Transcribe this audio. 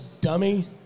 dummy